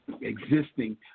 existing